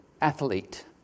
athlete